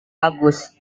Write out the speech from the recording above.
bagus